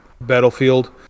battlefield